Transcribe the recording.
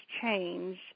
change